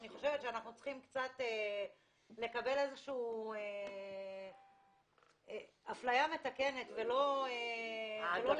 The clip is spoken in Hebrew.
אני חושבת שאנחנו צריכים לקבל איזושהי העדפה מתקנת ולא לרעה.